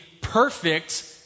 perfect